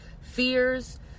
fears